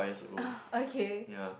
orh okay